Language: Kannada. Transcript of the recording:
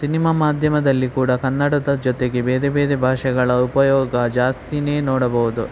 ಸಿನಿಮ ಮಾಧ್ಯಮದಲ್ಲಿ ಕೂಡ ಕನ್ನಡದ ಜೊತೆಗೆ ಬೇರೆ ಬೇರೆ ಭಾಷೆಗಳ ಉಪಯೋಗ ಜಾಸ್ತಿಯೇ ನೋಡಬಹುದು